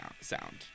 sound